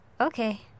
Okay